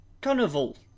Carnival